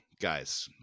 guys